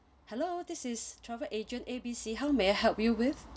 hello this is travel agent A B C how may I help you with